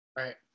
right